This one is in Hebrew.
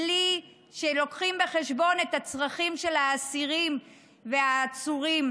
בלי שלוקחים בחשבון את הצרכים של האסירים והעצורים.